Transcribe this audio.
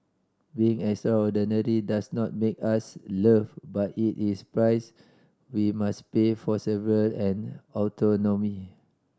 being extraordinary does not make us loved but it is price we must pay for survival and autonomy